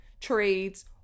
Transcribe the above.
trades